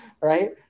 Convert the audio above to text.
Right